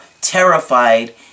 terrified